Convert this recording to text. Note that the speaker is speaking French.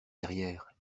derrière